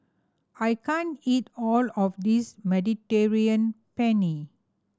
I can't eat all of this Mediterranean Penne